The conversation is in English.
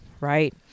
right